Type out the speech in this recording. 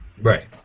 Right